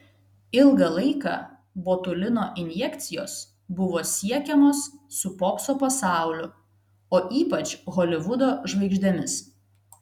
ilgą laiką botulino injekcijos buvo siekiamos su popso pasauliu o ypač holivudo žvaigždėmis